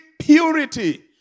purity